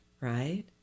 right